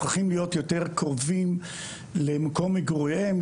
צריכים להיות יותר קרובים למקום מגוריהם,